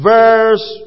Verse